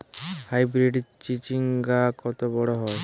Hybrid চিচিংঙ্গা কত বড় হয়?